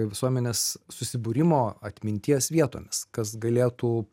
visuomenės susibūrimo atminties vietomis kas galėtų